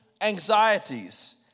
anxieties